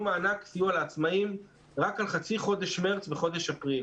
מענק סיוע לעצמאים רק על חצי חודש מרס וחודש אפריל.